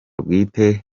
bwite